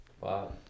Wow